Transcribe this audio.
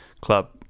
Club